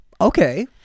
Okay